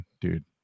dude